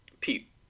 Pete